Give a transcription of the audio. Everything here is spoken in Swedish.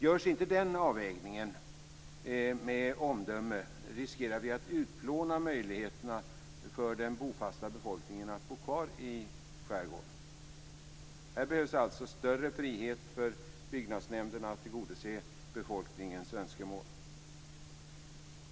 Görs inte den avvägningen med omdöme, riskerar vi att utplåna möjligheterna för den bofasta befolkningen att bo kvar i skärgården. Här behövs alltså större frihet för byggnadsnämnderna att tillgodose befolkningens önskemål.